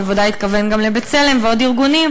והוא בוודאי התכוון גם ל"בצלם" ועוד ארגונים,